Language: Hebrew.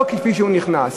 לא כפי שהוא נכנס,